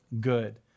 good